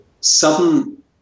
sudden